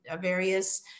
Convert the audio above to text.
various